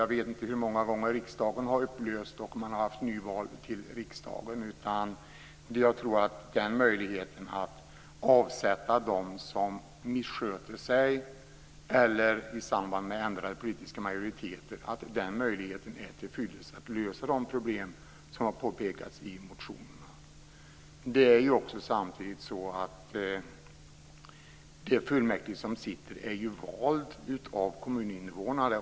Jag vet inte hur många gånger riksdagen har upplösts och nyval hållits till riksdagen. Möjligheten att avsätta dem som misskött sig eller avsätta ledamöter i samband med politiska majoriteter är till fyllest när det gäller att lösa de problem som påpekats i motionerna. Det är samtidigt så att kommunfullmäktige ju valts av kommuninvånare.